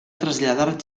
traslladar